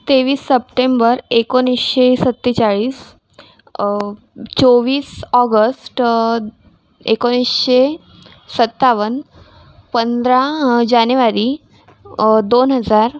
तेवीस सप्टेंबर एकोणीसशे सत्तेचाळीस चोवीस ऑगस्ट एकोणीसशे सत्तावन पंधरा जानेवारी दोन हजार